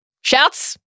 Shouts